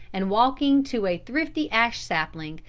and walking to a thrifty ash sapling,